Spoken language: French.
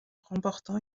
remportant